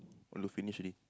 want to finish already